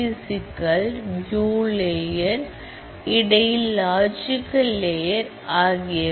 physical view layer இடையில் logical layer ஆகியவை